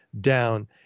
down